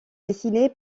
dessiné